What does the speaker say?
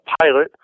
pilot